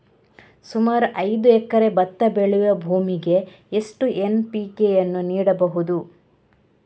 ಸುಮಾರು ಐದು ಎಕರೆ ಭತ್ತ ಬೆಳೆಯುವ ಭೂಮಿಗೆ ಎಷ್ಟು ಎನ್.ಪಿ.ಕೆ ಯನ್ನು ನೀಡಬಹುದು?